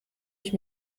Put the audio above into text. ich